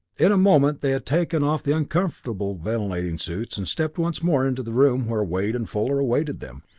in a moment they had taken off the uncomfortable ventilating suits and stepped once more into the room where wade and fuller awaited them.